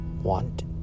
want